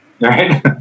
right